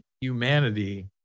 humanity